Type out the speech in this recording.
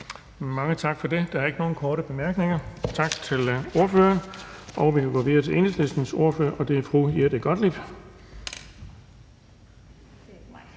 Mange tak for det. Der er ikke nogen korte bemærkninger. Tak til ordføreren. Vi kan gå videre til Enhedslistens ordfører, og det er fru Jette Gottlieb.